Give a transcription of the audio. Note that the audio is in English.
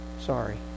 sorry